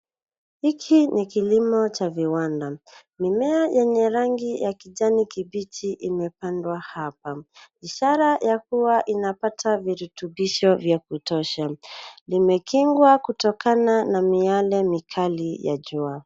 Hiki ni kilimo cha viwanda. Mimea yenye rangi ya kijani kibichi imepandwa hapa. Ishara ya kuwa inapata virutubisho vya kutosha. Vimekingwa kutokana na miale mikali ya jua.